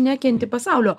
nekenti pasaulio